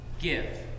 give